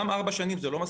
גם ארבע שנים זה לא מספיק.